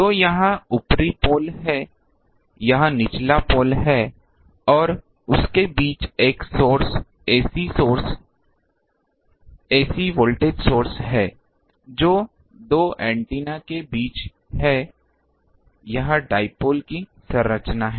तो यह ऊपरी पोल है यह निचला पोल है और उनके बीच एक source ac source ac voltage source है जो 2 एंटेना के बीच है यह डाइपोल की संरचना है